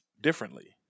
differently